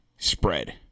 spread